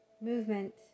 Movement